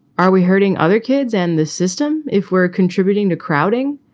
are we hurting other kids and the system? if we're contributing to crowding,